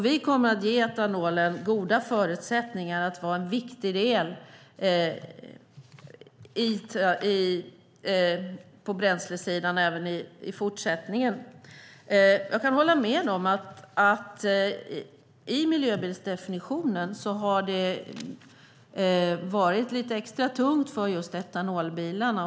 Vi kommer att ge etanolen goda förutsättningar att vara viktig på bränslesidan även i fortsättningen. Jag kan hålla med om att det i miljöbilsdefinitionen har varit extra tungt just för etanolbilarna.